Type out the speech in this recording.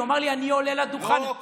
הוא אמר לי: אני עולה לדוכן, לא.